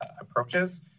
approaches